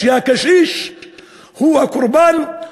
כשהקשיש הוא הקורבן,